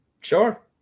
Sure